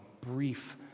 brief